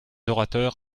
orateurs